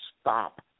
stop